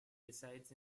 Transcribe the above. resides